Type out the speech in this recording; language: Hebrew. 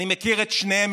אני מכיר את שניהם.